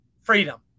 freedom